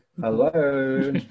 hello